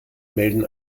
melden